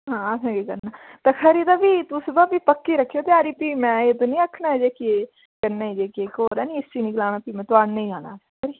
हां असें केह् करना ते खरी भी तुस पक्की गै रक्खेओ त्यारी भी में एह् निं आखना ई कन्नै एह् जेह्की कन्नै ऐ नी इसी निं आखना ई